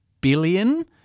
billion